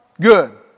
Good